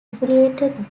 affiliated